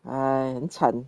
!aiyo! 很惨